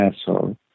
asshole